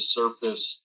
surface